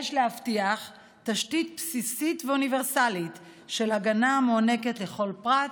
יש להבטיח תשתית בסיסית ואוניברסלית של הגנה המוענקת לכל פרט,